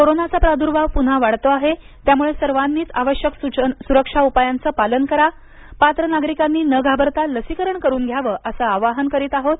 कोरोनाचा प्रादुर्भाव पुन्हा वाढतो आहे त्यामुळे सर्वांनीच आवश्यक सुरक्षा उपायांचं पालन करावं आणि पात्र नागरिकांनी न घाबरता लसीकरण करून घ्यावं असं आवाहन करत आहोत